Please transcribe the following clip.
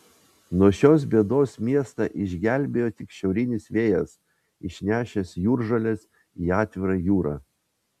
nuo šios bėdos miestą išgelbėjo tik šiaurinis vėjas išnešęs jūržoles į atvirą jūrą